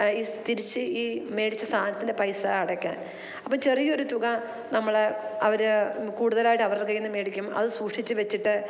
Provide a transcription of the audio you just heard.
ഈ തിരിച്ച് ഈ മേടിച്ച സാധനത്തിൻ്റെ പൈസ അടക്കാൻ അപ്പം ചെറിയൊരു തുക നമ്മൾ അവർ കൂടുതലായിട്ടവരുടെ കയ്യീന്ന് മേടിക്കും അത് സൂക്ഷിച്ച് വെച്ചിട്ട്